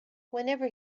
whenever